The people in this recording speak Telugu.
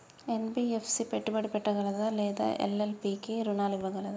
ఎన్.బి.ఎఫ్.సి పెట్టుబడి పెట్టగలదా లేదా ఎల్.ఎల్.పి కి రుణాలు ఇవ్వగలదా?